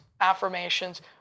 affirmations